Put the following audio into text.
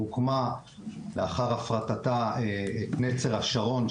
הוקמה לאחר הפרטתה את נצר השרון,